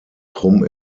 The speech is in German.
krumm